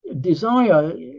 desire